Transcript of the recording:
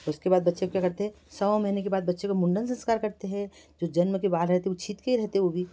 उसके बाद बच्चे का क्या करते हैं सवा महीने के बाद बच्चे का मुंडन संस्कार करते हैं जो जन्म के बाल रहते हैं वो छीत के ही रहते वो भी